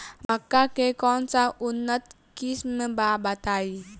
मक्का के कौन सा उन्नत किस्म बा बताई?